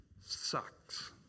sucks